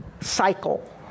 cycle